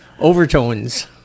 overtones